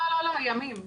לא, ימים.